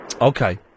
Okay